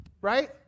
right